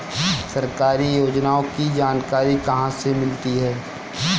सरकारी योजनाओं की जानकारी कहाँ से मिलती है?